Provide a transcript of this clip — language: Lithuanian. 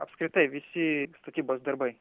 apskritai visi statybos darbai